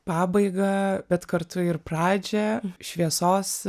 pabaigą bet kartu ir pradžią šviesos